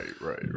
right